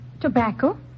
Tobacco